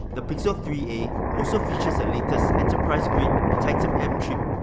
the pixel three a also features the latest enterprise grade titan m chip,